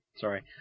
Sorry